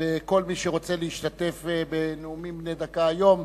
כל מי שרוצה להשתתף בנאומים בני דקה היום